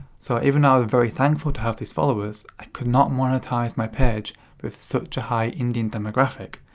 so even though i was very thankful to have these followers, i could not monetize my page with such a high indian demographic.